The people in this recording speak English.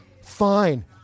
Fine